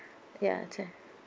ya twelve